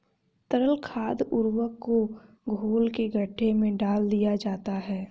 तरल खाद उर्वरक को घोल के गड्ढे में डाल दिया जाता है